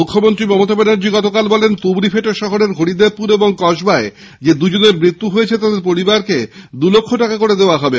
মুখ্যমন্ত্রী মমতা ব্যানার্জি গতকাল কলকাতায় বলেন তুবড়ি ফেটে শহরের হরিদেবপুর ও কসবায় যে দুজনের মৃত্যু হয়েছে তাদের পরিবারকে দুলক্ষ টাকা করে দেওয়া হবে